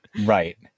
Right